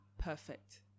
perfect